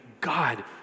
God